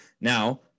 now